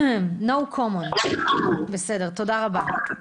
תודה רבה.